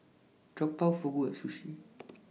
Jokbal Fugu and Sushi